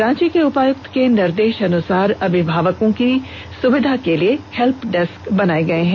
रांची के उपायुक्त के निदेशानुसार अभिभावकों की सुविधा के लिए हेल्प डेस्क बनाया गया है